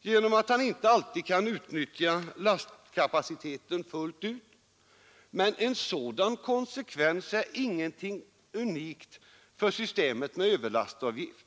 genom att han inte alltid kan utnyttja lastkapaciteten fullt ut, men en sådan konsekvens är ingenting unikt i systemet med överlastavgift.